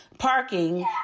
parking